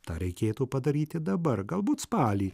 tą reikėtų padaryti dabar galbūt spalį